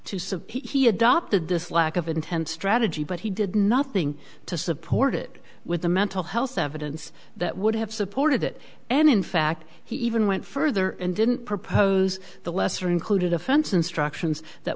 subpoena he adopted this lack of intent strategy but he did nothing to support it with the mental health evidence that would have supported it and in fact he even went further and didn't propose the lesser included offense instructions that